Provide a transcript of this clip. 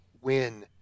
win